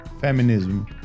feminism